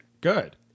Good